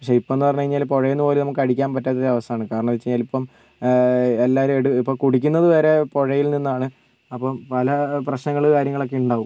പക്ഷേ ഇപ്പം എന്ന് പറഞ്ഞുകഴിഞ്ഞാൽ പുഴയിൽ നിന്ന് പോലും നമുക്ക് അടിക്കാൻ പറ്റാത്ത അവസ്ഥയാണ് കാരണം എന്താണെന്ന് വെച്ചുകഴിഞ്ഞാൽ ഇപ്പം എല്ലാവരും ഇപ്പം കുടിക്കുന്നത് വരെ പുഴയിൽ നിന്നാണ് അപ്പോൾ പല പ്രശ്നങ്ങൾ കാര്യങ്ങളൊക്കെ ഉണ്ടാവും